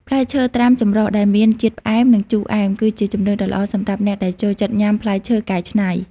ផ្លែឈើត្រាំចម្រុះដែលមានជាតិផ្អែម និងជូរអែម គឺជាជម្រើសដ៏ល្អសម្រាប់អ្នកដែលចូលចិត្តញ៉ាំផ្លែឈើកែច្នៃ។